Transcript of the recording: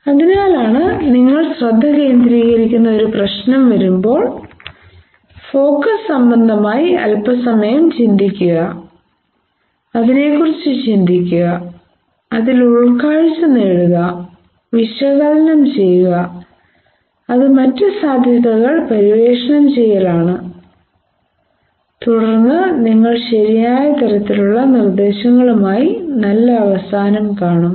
അതിനാലാണ് നിങ്ങൾ ശ്രദ്ധ കേന്ദ്രീകരിക്കുന്ന ഒരു പ്രശ്നം നേരിടുമ്പോൾ ഫോക്കസ് സംബന്ധ്മായി അൽപസമയം ചിന്തിക്കുക അതിനെക്കുറിച്ച് ചിന്തിക്കുക അതിൽ ഉൾക്കാഴ്ച നേടുക വിശകലനം ചെയ്യുക അത് മറ്റു സാധ്യതകൾ പര്യവേക്ഷണം ചെയ്യലാണ് തുടർന്ന് നിങ്ങൾ ശരിയായ തരത്തിലുള്ള നിർദ്ദേശങ്ങളുമായി നല്ല അവസാനം കാണും